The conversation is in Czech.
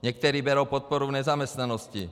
Někteří berou podporu v nezaměstnanosti.